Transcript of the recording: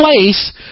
Place